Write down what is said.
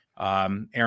Aaron